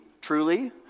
truly